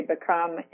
become